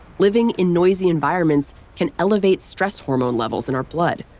living in noisy environments can elevate stress hormone levels in our blood,